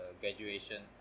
Graduation